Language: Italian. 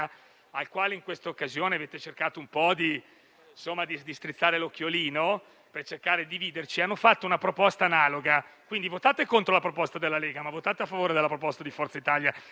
Naturalmente, questa votazione elettronica sarà senza indicazione dei nomi.